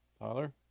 Tyler